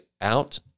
out